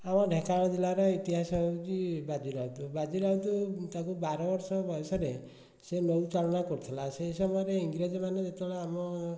ଆମ ଢେନଙ୍କାନାଳ ଜିଲ୍ଲାର ଇତିହାସ ହେଉଛି ବାଜିରାଉତ ବାଜିରାଉତ ତାକୁ ବାରବର୍ଷ ବୟସରେ ସେ ନୌଚାଳନା କରୁଥିଲା ସେହି ସମୟରେ ଇଂରେଜୀମାନେ ଯେତେବେଳେ ଆମ